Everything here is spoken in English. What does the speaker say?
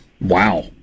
Wow